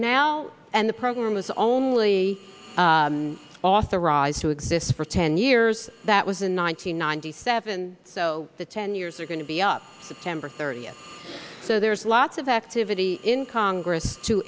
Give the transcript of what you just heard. now and the program is only authorized to exist for ten years that was in one nine hundred ninety seven so the ten years are going to be up to temp or thirtieth so there's lots of activity in congress to